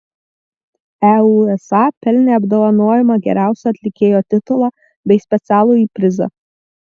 eusa pelnė apdovanojimą geriausio atlikėjo titulą bei specialųjį prizą